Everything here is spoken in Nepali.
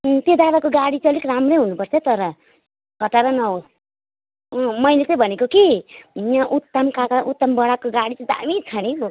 उम् त्यो दादाको गाडी चाहिँ अलिक राम्रै हुनुपर्छ है तर खटारा नहोस् अँ मैले चाहिँ भनेको कि यहाँ उत्तम काका उत्तम बढाको गाडी चाहिँ दामी छ नि हौ